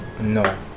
no